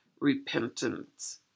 repentance